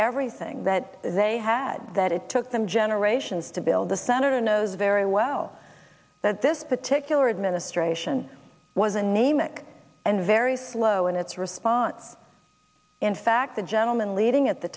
everything that they had that it took them generations to build the senator knows very well that this particular administration was a name mc and very slow in its response in fact the gentleman leading at the